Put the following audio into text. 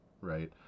right